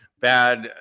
bad